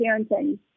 parenting